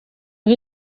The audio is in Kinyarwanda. aho